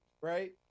Right